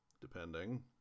depending